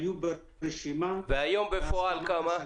היו ברשימה --- והיום בפועל כמה?